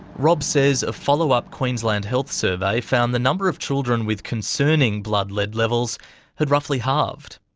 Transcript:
rob says a follow-up queensland health survey found the number of children with concerning blood lead levels had roughly halved.